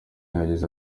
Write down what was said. yagize